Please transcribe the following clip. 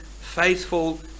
faithful